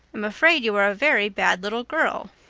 i'm afraid you are a very bad little girl.